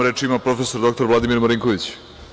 Reč ima prof. dr Vladimir Marinković.